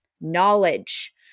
knowledge